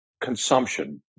consumption